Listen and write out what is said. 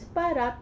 para